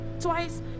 twice